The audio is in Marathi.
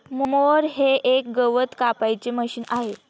मोअर हे एक गवत कापायचे मशीन आहे